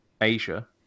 asia